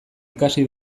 ikasi